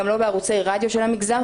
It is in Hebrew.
גם לא בערוצי רדיו של המגזר,